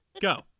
Go